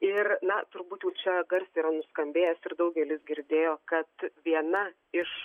ir na turbūt jau čia garsiai yra nuskambėjęs ir daugelis girdėjo kad viena iš